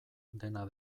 dena